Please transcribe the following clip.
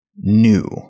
new